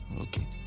Okay